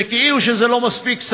וכאילו שזה לא מספיק,